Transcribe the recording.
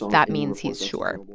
that means he's sure.